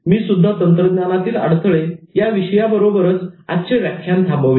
मी सुद्धा 'तंत्रज्ञानातील अडथळे' या विषयाबरोबरच आजचे व्याख्यान थांबविले